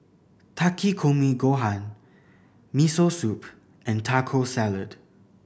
Takikomi Gohan Miso Soup and Taco Salad